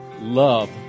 love